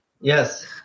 Yes